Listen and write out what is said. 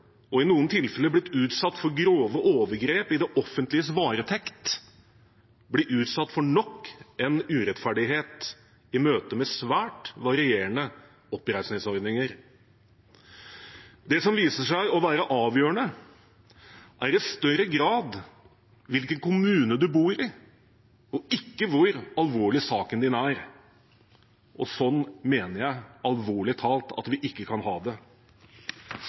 og i noen tilfeller blitt utsatt for grove overgrep i det offentliges varetekt, blir utsatt for nok en urettferdighet i møte med svært varierende oppreisningsordninger. Det som viser seg å være avgjørende, er i større grad hvilken kommune man bor i – og ikke hvor alvorlig saken er. Sånn mener jeg alvorlig talt at vi ikke kan ha det.